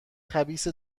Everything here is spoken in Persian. خبیث